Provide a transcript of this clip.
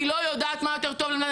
אני לא יודעת מה יותר טוב.